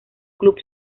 club